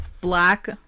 black